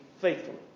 Faithfully